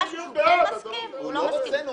הוא לא רוצה.